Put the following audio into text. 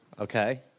Okay